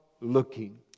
looking